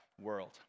world